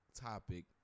topic